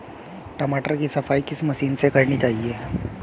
टमाटर की सफाई किस मशीन से करनी चाहिए?